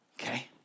okay